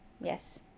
Yes